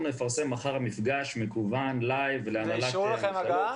אנחנו נפרסם מחר מפגש מקוון להנהלת המכללות